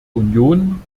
union